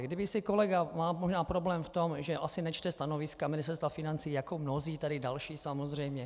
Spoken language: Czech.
Kdyby si kolega má možná problém v tom, že asi nečte stanoviska Ministerstva financí, jako mnozí tady další samozřejmě.